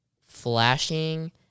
flashing